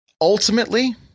ultimately